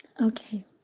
Okay